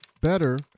better